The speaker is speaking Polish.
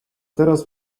teraz